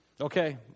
Okay